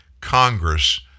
Congress